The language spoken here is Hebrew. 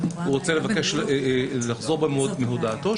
הוא רוצה לבקש לחזור בו מהודאתו,